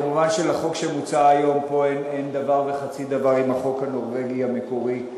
לחוק שמוצע היום פה אין כמובן דבר וחצי דבר עם החוק הנורבגי המקורי.